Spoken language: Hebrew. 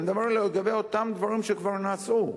אני מדבר לגבי אותם דברים שכבר נעשו,